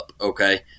okay